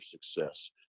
success